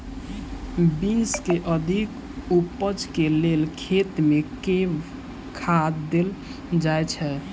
Beans केँ अधिक उपज केँ लेल खेत मे केँ खाद देल जाए छैय?